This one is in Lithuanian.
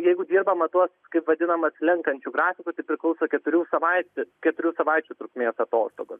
jeigu dirbama tuo kaip vadinama slenkančiu grafiku tai priklauso keturių savaičių keturių savaičių trukmės atostogos